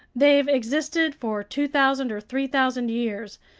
they've existed for two thousand or three thousand years,